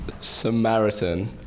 Samaritan